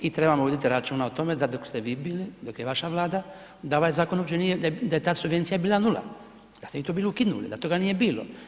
I trebamo voditi računa o tome da dok ste vi bili, dok je vaša Vlada, da ovaj zakon uopće nije, da tad subvencija bila 0. Tad ste vi to bili ukinuli, da toga nije bilo.